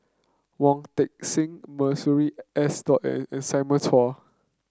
Wong Sing Masuri S N and Simon Chua